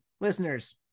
listeners